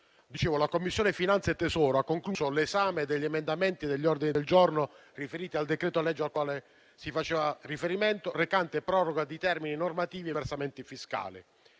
la Commissione finanze e tesoro ha concluso l'esame degli emendamenti e degli ordini del giorno riferiti al decreto-legge al quale faceva riferimento, recante proroga di termini normativi e versamenti fiscali.